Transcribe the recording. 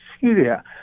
Syria